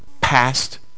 past